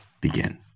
begin